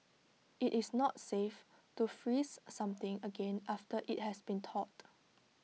IT is not safe to freeze something again after IT has thawed